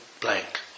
blank